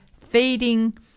feeding